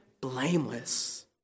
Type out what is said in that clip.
blameless